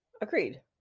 Agreed